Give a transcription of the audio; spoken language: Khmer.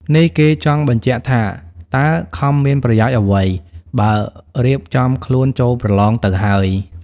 នេះគេចង់បញ្ជាក់ថាតើខំមានប្រយោជន៍អ្វី បើរៀបចំខ្លួនចូលប្រលងទៅហើយ ។